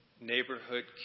neighborhood